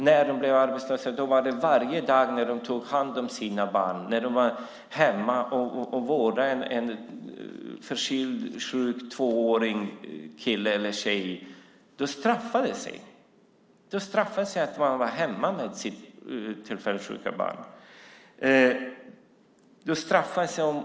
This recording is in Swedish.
När de blivit arbetslösa och vårdar en sjuk tvååring, kille eller tjej, straffar det sig. Det straffar sig att vara hemma med sitt tillfälligt sjuka barn.